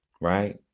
right